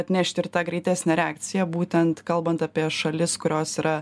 atnešt ir tą greitesnę reakciją būtent kalbant apie šalis kurios yra